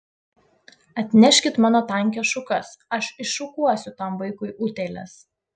atneškit mano tankias šukas aš iššukuosiu tam vaikui utėles